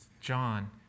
John